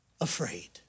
afraid